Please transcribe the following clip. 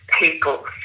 people